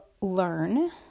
learn